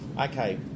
Okay